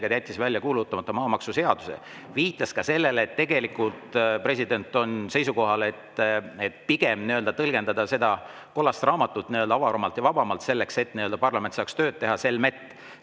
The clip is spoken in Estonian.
ta jättis välja kuulutamata maamaksuseaduse, viitas sellele, et tegelikult on ta seisukohal, et pigem tõlgendada seda kollast raamatut avaramalt ja vabamalt, selleks et parlament saaks tööd teha, selmet